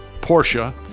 Porsche